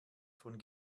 von